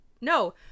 no